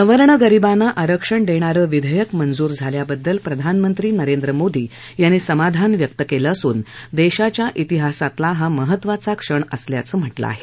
सवर्ण गरीबांना आरक्षण देणारं विधेयक मंजूर झाल्याबद्दल प्रधानमंत्री नरेंद्र मोदी यांनी समाधान व्यक्त केलं असून देशाच्या िहासातला हा महत्वाचा क्षण असल्याचं म्हाळे आहे